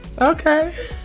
okay